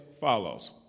follows